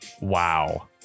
Wow